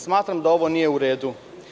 Smatram da ovo nije u redu.